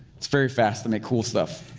it's very fast to make cool stuff.